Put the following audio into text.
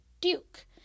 duke